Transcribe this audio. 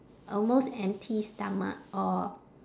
almost empty stomach or